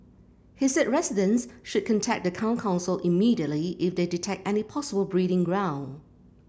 he said residents should contact the town council immediately if they detect any possible breeding ground